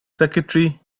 secretary